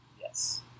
Yes